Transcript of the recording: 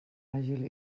àgil